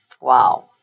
wow